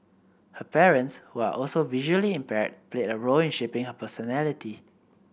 her parents who are also visually impaired played a role in shaping her personality